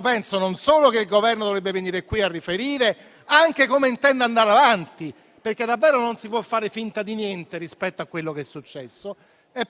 Penso non solo che il Governo dovrebbe venire qui a riferire anche su come intende andare avanti (perché davvero non si può fare finta di niente rispetto a quello che è successo),